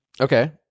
Okay